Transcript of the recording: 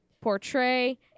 portray